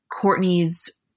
Courtney's